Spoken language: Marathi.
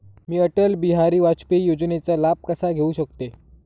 मी अटल बिहारी वाजपेयी योजनेचा लाभ कसा घेऊ शकते?